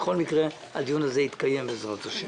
בכל מקרה הדיון הזה יתקיים בעזרת השם.